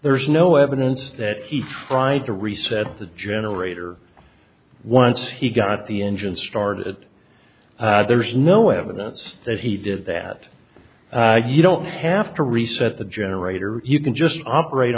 there's no evidence that he tried to reset the generator once he got the engine started there's no evidence that he did that you don't have to reset the generator you can just operate